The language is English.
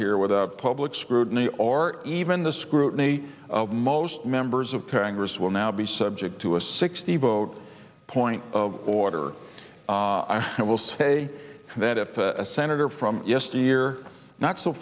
here with public scrutiny or even the scrutiny of most members of congress will now be subject to a sixty vote point of order i will say that if a senator from yesteryear not so